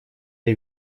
или